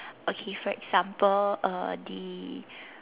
okay so example uh the